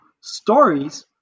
stories